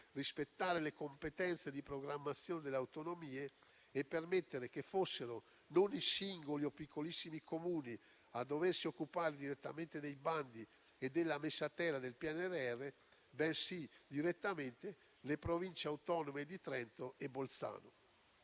rispettare le competenze di programmazione delle autonomie e permettere che fossero non i singoli o i piccolissimi Comuni a doversi occupare direttamente dei bandi e della messa a terra del PNRR, bensì direttamente le Province autonome di Trento e Bolzano.